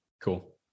Cool